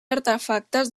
artefactes